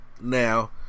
Now